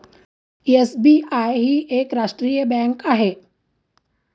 SBI ही एक राष्ट्रीय बँक आहे